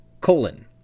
Colon